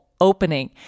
opening